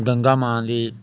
गंगा मां दी